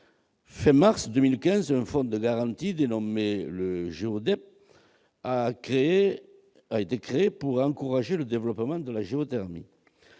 Fin mars 2015, un fonds de garantie dénommé le GEODEEP a été créé pour encourager le développement de la géothermie.